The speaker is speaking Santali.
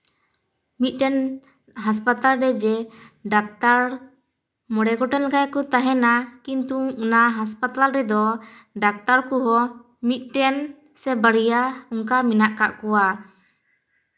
ᱢᱤᱫᱴᱮᱱ ᱦᱟᱸᱥᱯᱟᱛᱟᱞ ᱨᱮᱡᱮ ᱰᱟᱠᱛᱟᱨ ᱢᱚᱬᱮ ᱜᱚᱴᱟᱱ ᱞᱮᱠᱟ ᱠᱚ ᱛᱟᱦᱮᱱᱟ ᱠᱤᱱᱛᱩ ᱚᱱᱟ ᱦᱟᱸᱥᱯᱟᱛᱟᱞ ᱨᱮᱫᱚ ᱰᱟᱠᱛᱟᱨ ᱠᱚᱦᱚᱸ ᱢᱤᱫᱴᱮᱱ ᱥᱮ ᱵᱟᱨᱭᱟ ᱚᱱᱠᱟ ᱢᱮᱱᱟᱜ ᱠᱟᱜ ᱠᱚᱣᱟ